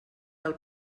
del